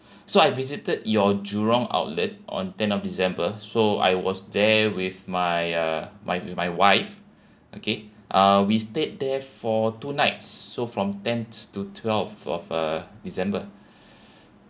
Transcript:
so I visited your jurong outlet on ten of december so I was there with my uh my my wife okay uh we stayed there for two nights so from tenth to twelfth of uh december